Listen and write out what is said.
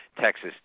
Texas